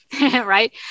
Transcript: right